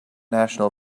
national